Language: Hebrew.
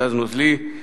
גז נוזלי.